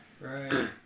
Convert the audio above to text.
right